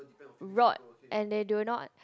rot and they do not